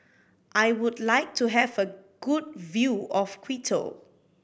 I would like to have a good view of Quito